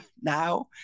now